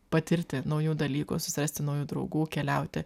patirti naujų dalykų susirasti naujų draugų keliauti